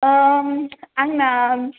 आंना